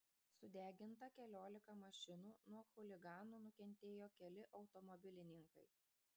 sudeginta keliolika mašinų nuo chuliganų nukentėjo keli automobilininkai